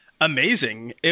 Amazing